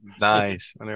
Nice